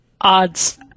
Odds